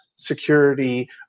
security